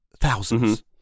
thousands